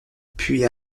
puis